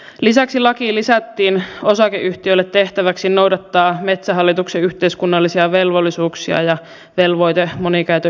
lisäksi lakiin lisättiin osakeyhtiölle tehtäväksi noudattaa metsähallituksen yhteiskunnallisia velvollisuuksia ja velvoite monikäytön yhteensovittamisesta